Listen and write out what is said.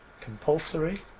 compulsory